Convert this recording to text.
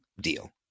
deal